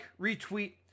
retweet